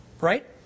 right